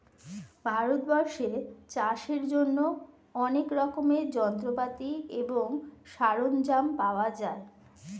ভারতবর্ষে চাষের জন্য অনেক রকমের যন্ত্রপাতি এবং সরঞ্জাম পাওয়া যায়